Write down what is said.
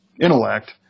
intellect